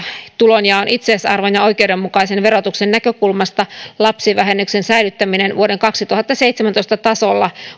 tulonjaon itseisarvon ja oikeudenmukaisen verotuksen näkökulmasta lapsivähennyksen säilyttäminen vuoden kaksituhattaseitsemäntoista tasolla vuonna